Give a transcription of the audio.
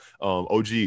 OG